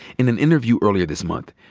in an interview earlier this month,